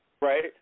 Right